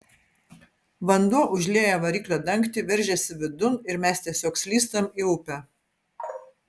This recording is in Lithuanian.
vanduo užlieja variklio dangtį veržiasi vidun ir mes tiesiog slystam į upę